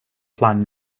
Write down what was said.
plan